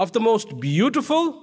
of the most beautiful